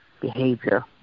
behavior